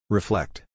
Reflect